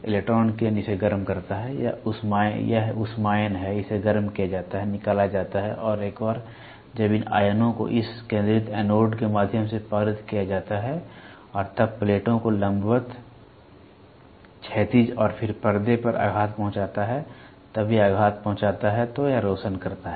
electron किरण इसे गर्म करता है यह ऊष्मायन है इसे गर्म किया जाता है निकाला जाता है और एक बार जब इन आयनों को इस केंद्रित एनोड के माध्यम से पारित किया जाता है और तब प्लेटों को लंबवत क्षैतिज और फिर पर्दे पर आघात पहुंचाता है तब जब यह आघात पहुंचाता है तो यह रोशन करता है